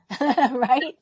right